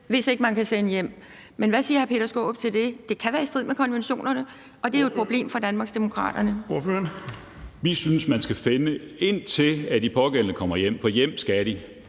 hvis ikke man kan sende dem hjem. Men hvad siger hr. Peter Skaarup til det? Det kan være i strid med konventionerne, og det er jo et problem for Danmarksdemokraterne. Kl. 15:08 Den fg. formand (Erling Bonnesen): Ordføreren. Kl.